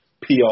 PR